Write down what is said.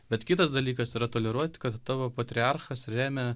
bet kitas dalykas yra toleruot kad tavo patriarchas remia